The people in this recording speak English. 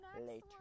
later